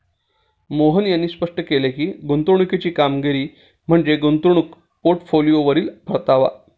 मोहन यांनी स्पष्ट केले की, गुंतवणुकीची कामगिरी म्हणजे गुंतवणूक पोर्टफोलिओवरील परतावा